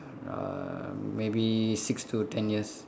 uh maybe six to ten years